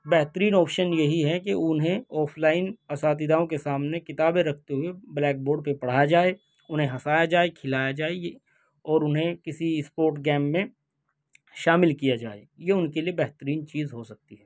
بہترین آپشن یہی ہے کہ انہیں آف لائن اساتذاؤں کے سامنے کتابیں رکھتے ہوئے بلیک بورڈ پہ پڑھایا جائے انہیں ہنسایا جائے کھلایا جائے یہ اور انہیں کسی اسپورٹ گیم میں شامل کیا جائے یہ ان کے لیے بہترین چیز ہو سکتی ہے